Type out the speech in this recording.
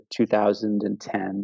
2010